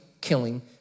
killing